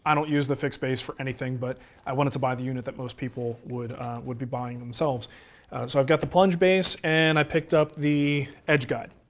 don't use the fix base for anything, but i wanted to buy the unit that most people would would be buying themselves. so i've got the plunge base and i picked up the edge guide.